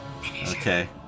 Okay